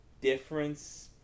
difference